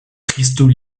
cristaux